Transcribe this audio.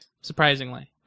Surprisingly